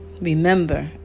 remember